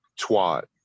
twat